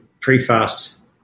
pre-fast